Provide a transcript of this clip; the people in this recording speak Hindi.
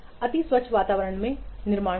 अति स्वच्छ वातावरण में निर्माण करके